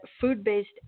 food-based